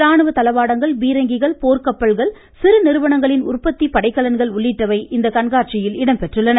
ராணுவத் தளவாடங்கள் பீரங்கிகள் போர்க் கப்பல்கள் சிறு நிறுவனங்களின் உற்பத்தி படைக்கலன்கள் உள்ளிட்டவை இந்த கண்காட்சியில் இடம்பெற்றுள்ளன